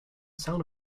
sound